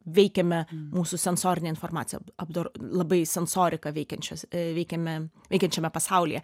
veikiame mūsų sensorinę informaciją apdor labai sensoriką veikiančios veikiame veikiančiame pasaulyje